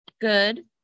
Good